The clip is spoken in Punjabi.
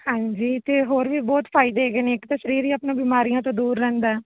ਹਾਂਜੀ ਅਤੇ ਹੋਰ ਵੀ ਬਹੁਤ ਫਾਇਦੇ ਹੈਗੇ ਨੇ ਇੱਕ ਤਾਂ ਸਰੀਰ ਹੀ ਆਪਣਾ ਬਿਮਾਰੀਆਂ ਤੋਂ ਦੂਰ ਰਹਿੰਦਾ